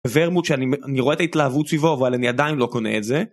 ורמוט שאני רואה את ההתלהבות סביבו, אבל אני עדיין לא קונה את זה